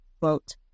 Quote